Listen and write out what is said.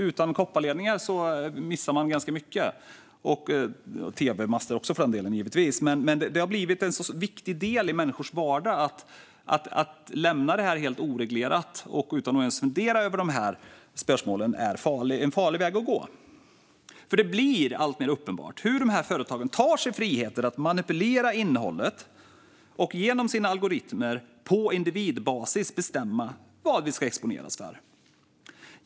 Utan kopparledningar missade man ganska mycket - och tv-master givetvis - men det här har blivit en så viktig del i människors vardag att om vi lämnar det helt oreglerat utan att ens fundera över de här spörsmålen är det en farlig väg att gå. Det blir alltmer uppenbart hur de här företagen tar sig friheter att manipulera innehållet och genom sina algoritmer på individbasis bestämma vad vi ska exponeras för.